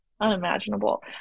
unimaginable